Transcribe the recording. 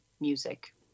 music